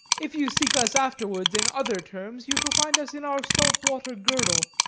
if you seek us afterwards in other terms, you shall find us in our salt-water girdle.